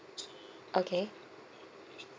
okay